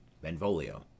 Benvolio